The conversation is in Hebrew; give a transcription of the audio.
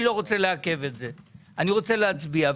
אני לא רוצה לעכב את זה, אני רוצה להצביע.